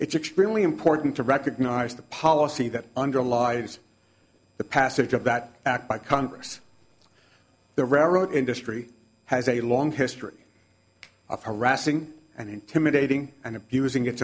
it's extremely important to recognize the policy that underlies the passage of that act by congress the railroad industry has a long history of harassing and intimidating and abusing